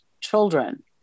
children